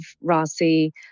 Rossi